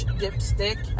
dipstick